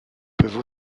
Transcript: peuvent